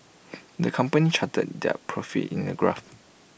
the company charted their profits in A graph